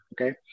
okay